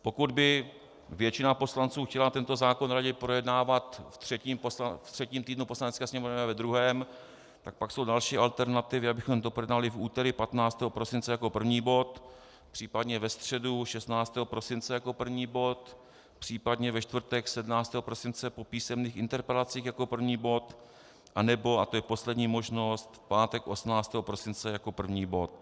Pokud by většina poslanců chtěla tento zákon raději projednávat v třetím týdnu poslanecké sněmovny než ve druhém, tak pak jsou další alternativy, abychom to projednali v úterý 15. prosince jako první bod, případně ve středu 16. prosince jako první bod, případně ve čtvrtek 17. prosince po písemných interpelacích jako první bod, anebo, a to je poslední možnost, v pátek 18. prosince jako první bod.